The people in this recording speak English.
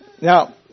Now